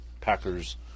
Packers